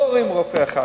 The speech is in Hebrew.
לא רואים רופא אחד.